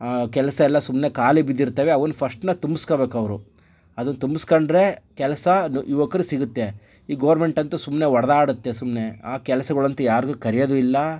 ಕೆಲಸಯೆಲ್ಲ ಸುಮ್ಮನೆ ಖಾಲಿ ಬಿದ್ದಿರ್ತವೆ ಅವ್ನ ಫಸ್ಟ್ನ ತುಂಬ್ಸ್ಕೊಬೇಕು ಅವರು ಅದು ತುಂಬ್ಸಕೊಂಡ್ರೆ ಕೆಲಸ ಯುವಕರಿಗೆ ಸಿಗತ್ತೆ ಈ ಗೌರ್ಮೆಂಟಂತೂ ಸುಮ್ಮನೆ ಹೊಡೆದಾಡುತ್ತೆ ಸುಮ್ಮನೆ ಆ ಕೆಲಸಗಳಂತು ಯಾರಿಗೂ ಕರಿಯೋದು ಇಲ್ಲ